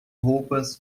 roupas